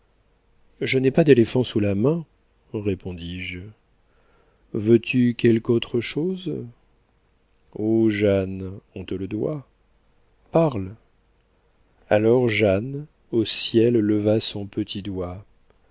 je n'ai pas d'éléphant sous la main répondis-je veux-tu quelque autre chose ô jeanne on te le doit parle alors jeanne au ciel leva son petit doigt